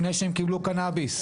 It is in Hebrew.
לפני שהם קיבלו קנביס.